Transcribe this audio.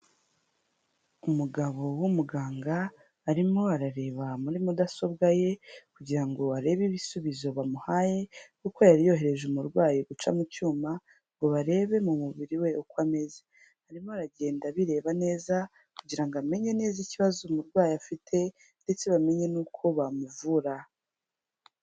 Umugabo w'umuganga arimo arareba muri mudasobwa ye, kugira ngo arebe ibisubizo bamuhaye kuko yari yohereje umurwayi guca mu cyuma ngo barebe mu mubiri we uko ameze, arimo aragenda abireba neza kugira ngo amenye neza ikibazo umurwayi afite ndetse bamenye n'uko bamuvura.